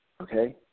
Okay